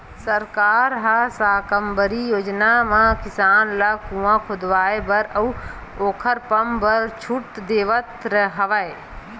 सरकार ह साकम्बरी योजना म किसान ल कुँआ खोदवाए बर अउ ओखर पंप बर छूट देवथ हवय